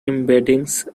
embeddings